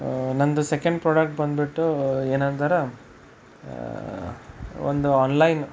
ನಂದು second product ಬಂದ್ಬಿಟ್ಟು ಏನಂದ್ರೆ ಒಂದು ಆನ್ಲೈನ್